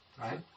right